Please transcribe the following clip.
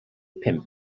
pump